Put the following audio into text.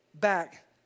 back